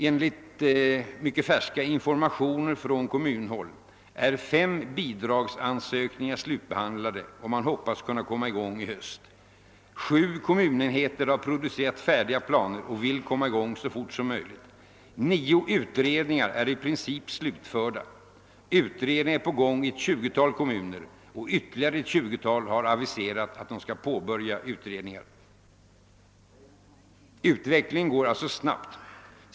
Enligt mycket färska informationer från kommunhåll är fem bidragsansökningar slutbehandlade, och vederbörande hoppas kunna komma i gång i höst. Sju kommunenheter har producerat färdiga p aner och vill starta verksamheten så fort som möjligt. Nio utredningar är 1 princip slutförda, utredningar är på gång i ett tjugotal kommuner och ytterligare ett tjugotal har aviserat att de skall påbörja utredningar. Utvecklingen går alltså snabbt.